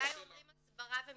אולי אומרים הסברה ומתבלבלים.